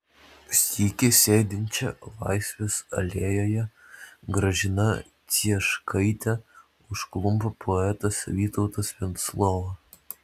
sykį sėdinčią laisvės alėjoje gražiną cieškaitę užklumpa poetas vytautas venclova